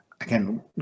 again